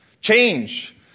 Change